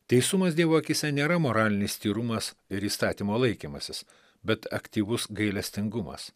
teisumas dievo akyse nėra moralinis tyrumas ir įstatymo laikymasis bet aktyvus gailestingumas